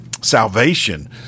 salvation